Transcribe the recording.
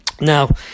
Now